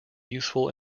useful